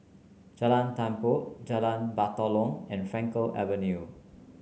Jalan Tempua Jalan Batalong and Frankel Avenue